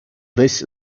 десь